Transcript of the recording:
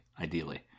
ideally